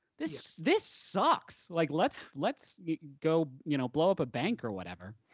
this this sucks. like let's let's go you know blow up a bank or whatever.